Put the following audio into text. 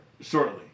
shortly